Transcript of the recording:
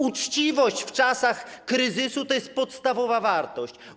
Uczciwość w czasach kryzysu to jest podstawowa wartość.